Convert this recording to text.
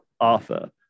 Arthur